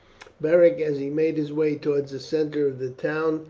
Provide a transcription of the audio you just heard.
beric, as he made his way towards the centre of the town,